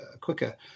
quicker